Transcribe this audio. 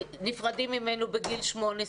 נפרדים ממנו בגיל 18,